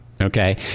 Okay